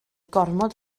gormod